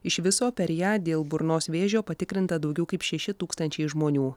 iš viso per ją dėl burnos vėžio patikrinta daugiau kaip šeši tūkstančiai žmonių